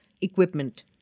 equipment